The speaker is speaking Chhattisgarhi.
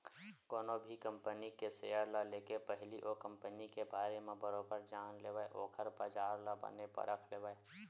कोनो भी कंपनी के सेयर ल लेके पहिली ओ कंपनी के बारे म बरोबर जान लेवय ओखर बजार ल बने परख लेवय